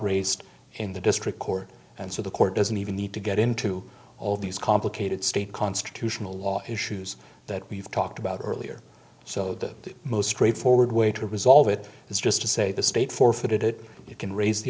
raised in the district court and so the court doesn't even need to get into all these complicated state constitutional law issues that we've talked about earlier so the most straightforward way to resolve it is just to say the state forfeited it you can raise the